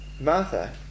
Martha